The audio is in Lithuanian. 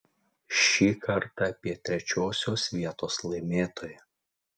šį kartą apie trečiosios vietos laimėtoją